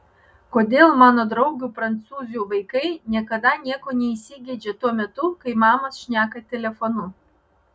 kodėl mano draugių prancūzių vaikai niekada nieko neįsigeidžia tuo metu kai mamos šneka telefonu